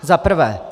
Za prvé.